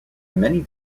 many